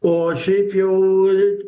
o šiaip jau